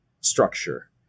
structure